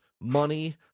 money